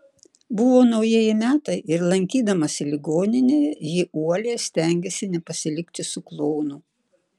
buvo naujieji metai ir lankydamasi ligoninėje ji uoliai stengėsi nepasilikti su klounu